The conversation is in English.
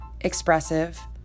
expressive